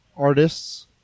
artists